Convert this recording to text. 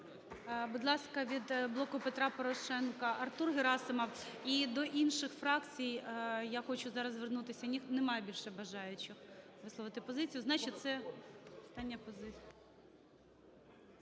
Будь ласка, від "Блоку Петра Порошенка" Артур Герасимов. І до інших фракцій я хочу зараз звернутися. Немає більше бажаючих висловити позицію?